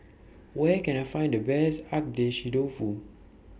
Where Can I Find The Best Agedashi Dofu